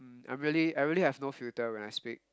I'm really I really have no filter when I speak